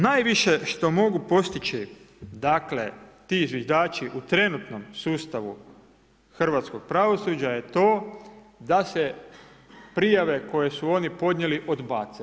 Najviše što mogu postići, dakle, ti zviždači u trenutnom sustavu hrvatskog pravosuđa je to da se prijave koje su oni podnijeli odbace.